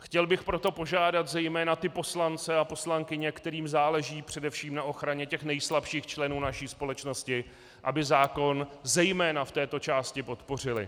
Chtěl bych proto požádat zejména ty poslance a poslankyně, kterým záleží především na ochraně nejslabších členů naší společnosti, aby zákon zejména v této části podpořili.